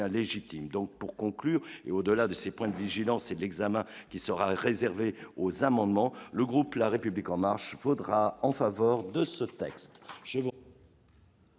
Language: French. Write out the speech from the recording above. légitimes donc pour conclure et au-delà de ses points de vigilance et d'examens qui sera réservé aux amendements, le groupe la République en marche, il faudra en faveur de ce texte.